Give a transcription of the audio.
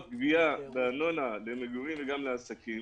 גבייה של ארנונה למגורים וגם לעסקים.